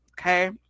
Okay